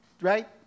right